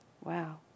Wow